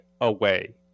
away